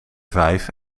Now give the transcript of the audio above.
vijf